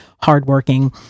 hardworking